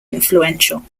influential